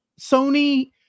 Sony